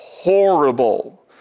horrible